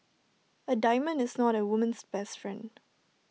A diamond is not A woman's best friend